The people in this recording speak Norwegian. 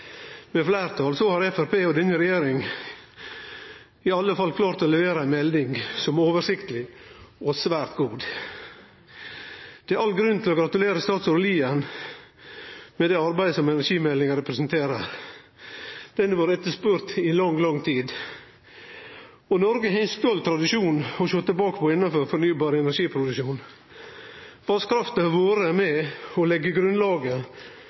med fleirtal, har Framstegspartiet og denne regjeringa i alle fall klart å levere ei melding som er oversiktleg og svært god. Det er all grunn til å gratulere statsråd Lien med det arbeidet som energimeldinga representerer. Meldinga har vore etterspurd i lang, lang tid. Noreg har ein stolt tradisjon å sjå tilbake på innanfor fornybar energiproduksjon. Vasskrafta har vore med på å leggje grunnlaget